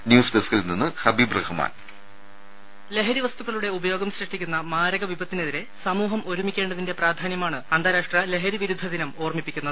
news ഡസ്ക്കിൽ നിന്ന് ഹബീബ് റഹ്മാൻ രേര ലഹരി വസ്തുക്കളുടെ ഉപയോഗം സൃഷ്ടിക്കുന്ന മാരക വിപത്തിനെതിരെ സമൂഹം ഒരുമിക്കേണ്ടതിന്റെ പ്രാധാന്യമാണ് അന്താരാഷ്ട്ര ലഹരി വിരുദ്ധ ദിനം ഓർമ്മിപ്പിക്കുന്നത്